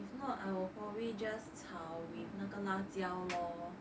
if not I will probably just like 炒 with 那个辣椒 lor